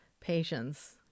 patience